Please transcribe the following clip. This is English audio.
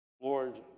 Lord